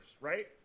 right